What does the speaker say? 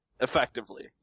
Effectively